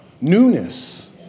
newness